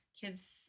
kids